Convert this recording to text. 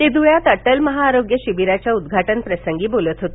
ते धूळ्यात अटल महाआरोग्यशिबीराच्या उद्घाटन प्रसंगी बोलत होते